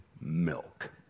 milk